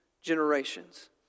generations